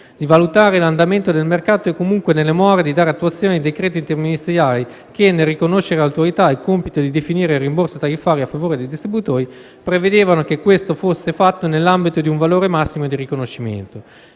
di valutare l'andamento del mercato e comunque, nelle more, di dare attuazione ai decreti interministeriali che, nel riconoscere all'Autorità il compito di definire il rimborso tariffario a favore dei distributori, prevedevano che questo fosse fatto nell'ambito di un valore massimo di riconoscimento.